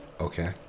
okay